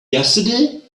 yesterday